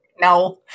No